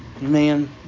Man